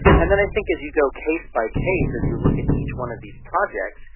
and then i think as you go case by case, as you look at each one of these projects,